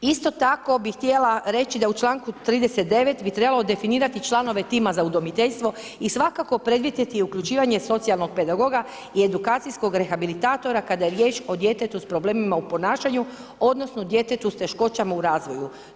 Isto tako bih htjela reći da u članku 39 bi trebalo definirati članove tima za udomiteljstvo i svakako predvidjeti i uključivanje socijalnog pedagoga i edukacijskog rehabilitatora kada je riječ o djetetu sa problemima u ponašanju odnosno djetetu sa teškoćama u razvoju.